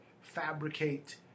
fabricate